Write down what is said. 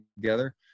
together